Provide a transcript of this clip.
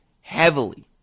heavily